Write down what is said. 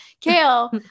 Kale